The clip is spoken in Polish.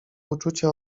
uczucie